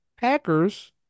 Packers